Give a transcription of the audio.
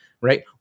Right